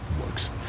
works